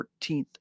14th